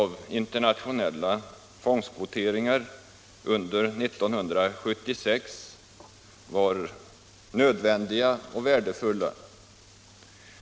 var nödvändiga och värdefulla.